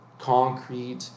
concrete